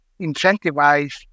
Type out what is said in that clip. incentivize